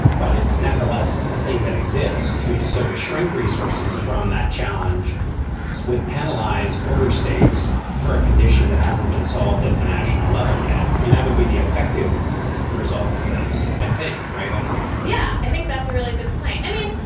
but it's nevertheless a thing that exists to so to shrink resources from that challenge. so would penalize border states for a condition that hasn't been solved at the national level yet. i mean, that would be the effective result of this, i think, right, emily? yeah, i think that's a really good point. i mean,